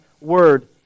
Word